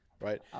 right